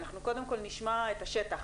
קודם כל נשמע את השטח,